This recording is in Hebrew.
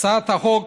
הצעת החוק